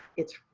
it's.